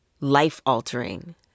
life-altering